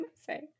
say